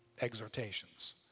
exhortations